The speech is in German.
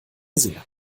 sehr